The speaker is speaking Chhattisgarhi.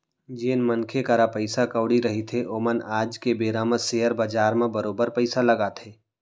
जेन मनखे करा पइसा कउड़ी रहिथे ओमन आज के बेरा म सेयर बजार म बरोबर पइसा लगाथे